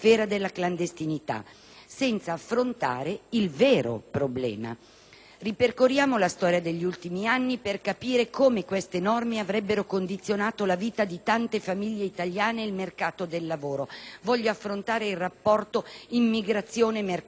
senza affrontare il vero problema. Ripercorriamo la storia degli ultimi anni per capire come queste norme avrebbero condizionato la vita di tante famiglie italiane e il mercato del lavoro. Intendo affrontare il rapporto immigrazione-mercato del lavoro.